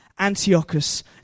Antiochus